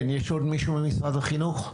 כן, יש עוד מישהו ממשרד החינוך?